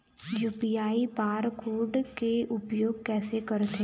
UPI bar code के उपयोग कैसे करथें?